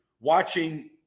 watching